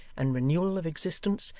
and renewal of existence,